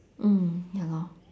mm ya lor